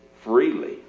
freely